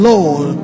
Lord